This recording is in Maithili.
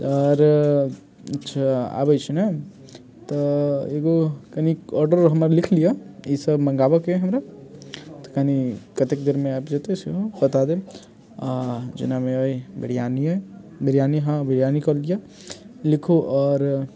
आओर अच्छा आबैत छै नहि तऽ एगो कनि ऑर्डर हमर लिख लिअ ई सभ मंगाबैके अछि हमरा तऽ कनि कतेक देरमे आबि जयतै सेहो बता देब आ जेनामेअइ बिरिआनी अइ बिरआनी हँ बिरआनि कऽ लिअ लिखु आओर